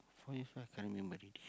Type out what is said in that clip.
four years old I can't remember already